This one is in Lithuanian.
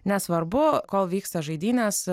nesvarbu kol vyksta žaidynės